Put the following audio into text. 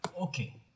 Okay